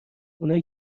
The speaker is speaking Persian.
اونای